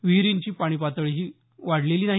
विहिरींची पाणीपातळीही वाढलेली नाही